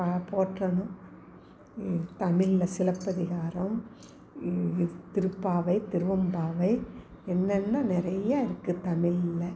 போற்றணும் தமிழில் சிலப்பதிகாரம் திருப்பாவை திருவெம்பாவை என்னென்ன நிறைய இருக்குது தமிழில்